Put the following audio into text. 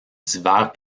divers